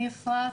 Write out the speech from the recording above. אני אפרת,